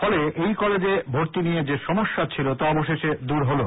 ফলে এই কলেজে ভর্তি নিয়ে যে সমস্যা ছিল তা অবশেষে দূর হলো